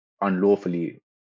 unlawfully